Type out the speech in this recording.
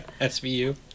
SVU